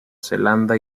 zelanda